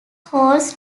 holds